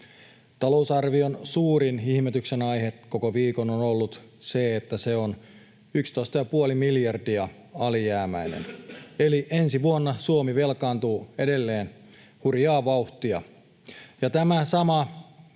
Talousarvion suurin ihmetyksen aihe koko viikon on ollut se, että se on 11,5 miljardia alijäämäinen, eli ensi vuonna Suomi velkaantuu edelleen hurjaa vauhtia.